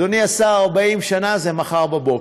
אדוני השר, 40 שנה זה מחר בבוקר,